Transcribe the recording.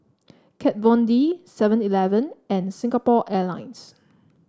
Kat Von D Seven Eleven and Singapore Airlines